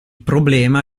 problema